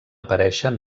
aparèixer